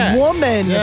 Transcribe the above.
woman